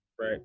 Right